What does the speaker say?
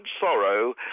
sorrow